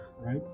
Right